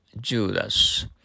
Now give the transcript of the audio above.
Judas